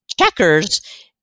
checkers